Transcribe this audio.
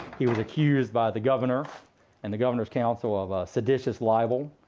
he was accused by the governor and the governor's council of ah seditious libel,